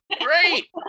Great